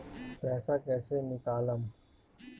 पैसा कैसे निकालम?